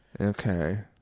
Okay